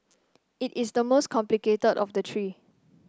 it is the most complicated of the three